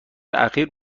اخیر